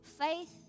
Faith